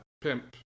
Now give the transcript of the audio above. pimp